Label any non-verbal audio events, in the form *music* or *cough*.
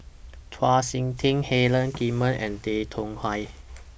Chau Sik Ting Helen *unintelligible* and Tay Chong Hai